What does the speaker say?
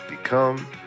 Become